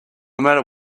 matter